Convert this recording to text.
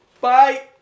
Bye